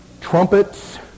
trumpets